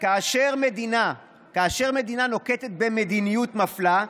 כאשר מדינה נוקטת מדיניות מפלה,